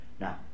Now